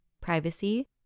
Privacy